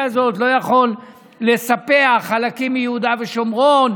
הזאת לא יכול לספח חלקים מיהודה ושומרון,